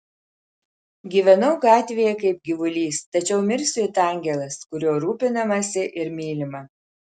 gyvenau gatvėje kaip gyvulys tačiau mirsiu it angelas kuriuo rūpinamasi ir mylima